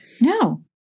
no